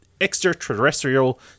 extraterrestrial